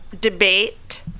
debate